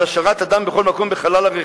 על השארת אדם בכל מקום בחלל הרכב,